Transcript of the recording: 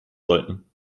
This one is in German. sollten